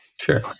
Sure